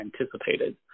anticipated